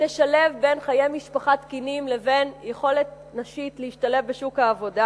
שתשלב בין חיי משפחה תקינים לבין יכולת נשית להשתלב בשוק העבודה.